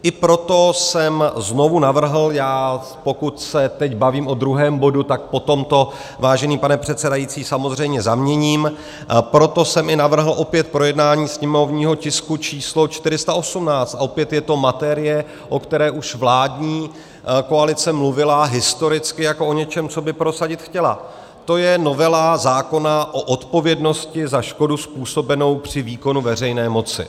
I proto jsem znovu navrhl, pokud se teď bavím o druhém bodu, tak potom to, vážený pane předsedající, samozřejmě zaměním, proto jsem i navrhl opět projednání sněmovního tisku č. 418, opět je to materie, o které už vládní koalice mluvila historicky jako o něčem, co by prosadit chtěla, je to novela zákona o odpovědnosti za škodu způsobenou při výkonu veřejné moci.